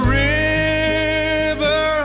river